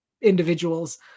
individuals